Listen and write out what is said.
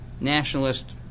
nationalist